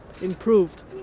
improved